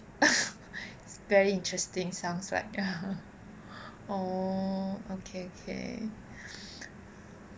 very interesting sounds right oh okay okay